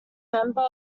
member